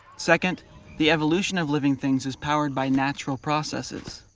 second the evolution of living things is powered by natural processes.